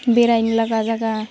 बेरायनो लागा जायगा